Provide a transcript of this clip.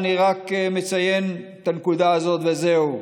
אני רק מציין את הנקודה הזאת וזהו,